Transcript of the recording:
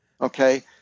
Okay